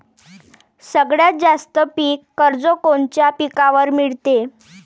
सगळ्यात जास्त पीक कर्ज कोनच्या पिकावर मिळते?